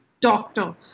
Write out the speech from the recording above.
doctor